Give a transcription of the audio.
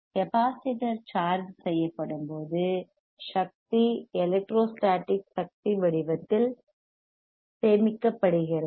capacitor charge செய்யப்படும்போது சக்தி electrostatic சக்தி வடிவத்தில் சேமிக்கப்படுகிறது